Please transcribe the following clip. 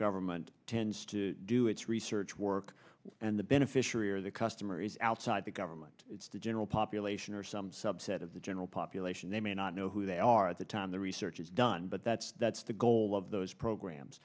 government tends to do its research work and the beneficiary or the customer is outside the government it's the general population or some subset of the general population they may not know who they are at the time the research is done but that's that's the goal of those programs